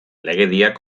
legediak